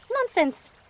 Nonsense